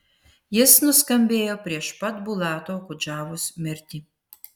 jis nuskambėjo prieš pat bulato okudžavos mirtį